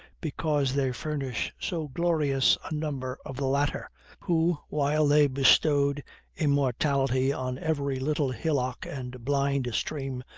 because they furnish so glorious a number of the latter who, while they bestowed immortality on every little hillock and blind stream,